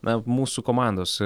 na mūsų komandos